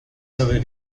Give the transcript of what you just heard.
saber